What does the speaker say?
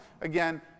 Again